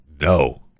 no